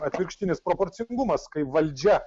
atvirkštinis proporcingumas kaip valdžia